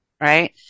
right